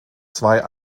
zwei